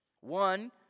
One